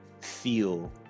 feel